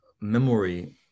memory